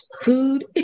food